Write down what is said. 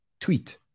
tweet